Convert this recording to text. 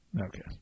Okay